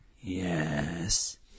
Yes